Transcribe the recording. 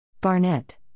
Barnett